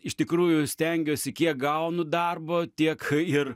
iš tikrųjų stengiuosi kiek gaunu darbo tiek ir